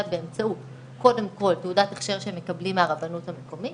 באמצעות קודם כל תעודת הכשר שהם מקבלים מהרבנות המקומית